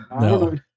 No